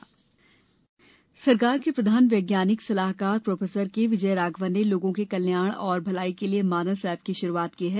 मानस app सरकार के प्रधान वैज्ञानिक सलाहकार प्रोफेसर के विजय राघवन ने लोगों के कल्याण और भलाई के लिए मानस ऐप की शुरूआत की है